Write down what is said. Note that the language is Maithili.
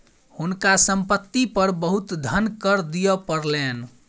हुनका संपत्ति पर बहुत धन कर दिअ पड़लैन